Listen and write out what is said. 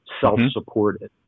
self-supported